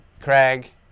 Craig